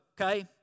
okay